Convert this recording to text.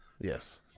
Yes